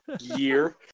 year